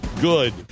good